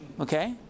okay